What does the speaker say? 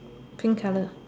pink color